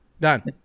Done